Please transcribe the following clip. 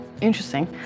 Interesting